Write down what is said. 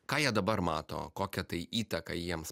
ką jie dabar mato kokią tai įtaką jiems